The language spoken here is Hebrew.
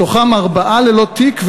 מתוכם ארבעה ללא תיק,